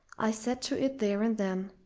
i set to it there and then,